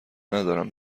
ندارم